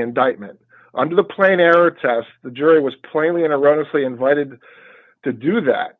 indictment under the plane air task the jury was plainly and ironically invited to do that